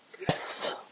Yes